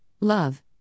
love